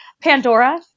pandora